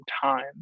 time